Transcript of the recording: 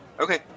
Okay